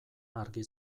argi